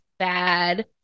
Bad